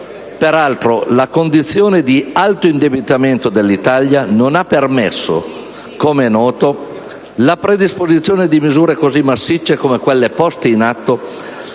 Peraltro, la condizione di alto indebitamento dell'Italia non ha permesso, come è noto, la predisposizione di misure così massicce come quelle poste in atto